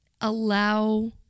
Allow